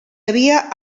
havia